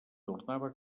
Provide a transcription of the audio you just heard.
tornava